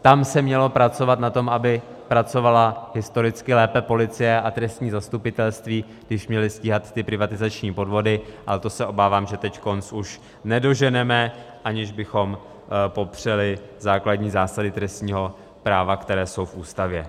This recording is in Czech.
Tam se mělo pracovat na tom, aby pracovala historicky lépe policie a státní zastupitelství, když měly stíhat ty privatizační podvody, ale to se obávám, že teď už nedoženeme, aniž bychom popřeli základní zásady trestního práva, které jsou v Ústavě.